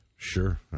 Sure